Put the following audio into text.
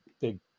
big